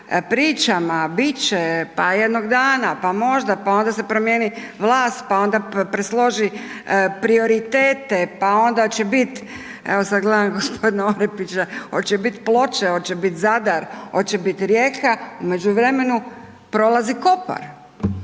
pričama bit će, pa jednog dana, pa možda, pa onda se promijeni vlast pa onda presloži prioritete, pa onda će biti, evo sada gledam gospodina Orepića, hoće biti Ploče, hoće biti Zadar, hoće biti Rijeka u međuvremenu prolazi Kopar.